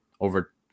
over